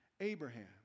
abraham